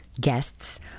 guests